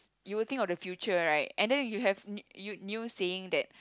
you will think of the future right and then you have new new saying that